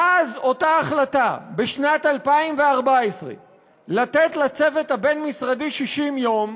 לאחר אותה החלטה בשנת 2014 לתת לצוות הבין-משרדי 60 יום,